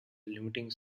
limiting